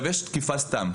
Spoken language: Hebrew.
יש תקיפה סתם.